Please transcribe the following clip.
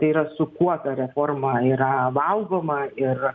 tai yra su kuo ta reforma yra valgoma ir